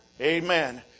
Amen